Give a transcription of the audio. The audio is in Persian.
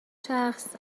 شخص